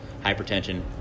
hypertension